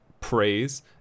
praise